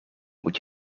moet